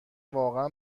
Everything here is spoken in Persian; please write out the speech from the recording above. واقعا